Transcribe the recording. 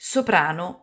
Soprano